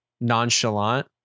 nonchalant